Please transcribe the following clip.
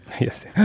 Yes